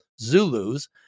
Zulu's